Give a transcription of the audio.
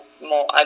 more